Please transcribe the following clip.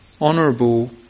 honourable